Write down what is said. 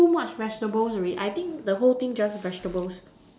too much vegetables already I think the whole thing just vegetables